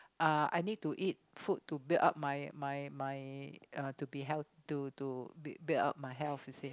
uh I need to eat food to build up my my my uh to be health to to build up my health you see